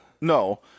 No